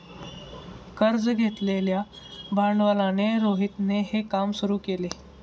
कर्ज घेतलेल्या भांडवलाने रोहितने हे काम सुरू केल